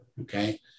Okay